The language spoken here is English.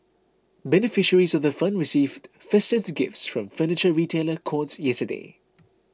beneficiaries of the fund received festive gifts from Furniture Retailer Courts yesterday